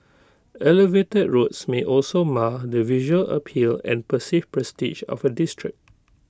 elevated roads may also mar the visual appeal and perceived prestige of A district